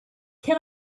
can